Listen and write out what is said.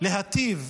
להיטיב